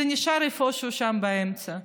וזה נשאר איפשהו שם באמצע.